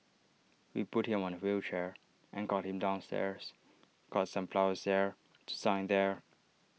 we put him on A wheelchair and got him downstairs got some flowers there to sign there